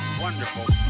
Wonderful